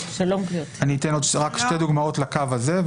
אני אתן רק עוד שתי דוגמאות לקו הזה,